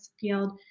field